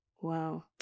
Wow